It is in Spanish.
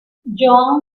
johan